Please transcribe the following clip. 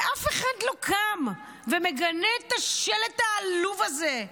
ואף אחד לא קם ומגנה את השלט העלוב הזה.